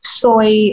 soy